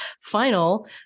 final